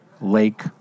lake